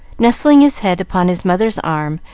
nestling his head upon his mother's arm,